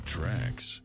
tracks